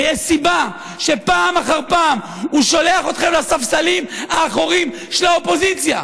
יש סיבה שפעם אחר פעם הוא שולח אתכם לספסלים האחוריים של האופוזיציה,